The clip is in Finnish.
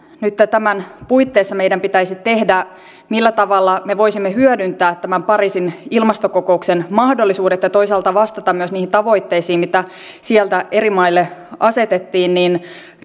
nytten tämän puitteissa meidän pitäisi tehdä millä tavalla me voisimme hyödyntää tämän pariisin ilmastokokouksen mahdollisuudet ja toisaalta vastata myös niihin tavoitteisiin mitä sieltä eri maille asetettiin